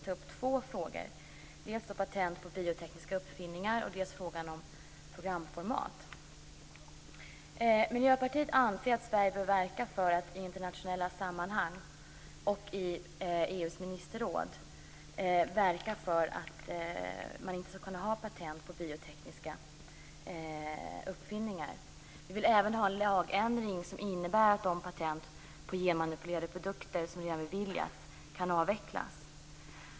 Jag tänker ta upp två frågor Miljöpartiet anser att Sverige i EU:s ministerråd och andra internationella sammanhang bör verka för att man inte skall kunna ha patent på biotekniska uppfinningar. Vi vill även ha en lagändring som innebär att de patent på genmanipulerade produkter som redan beviljats kan avvecklas.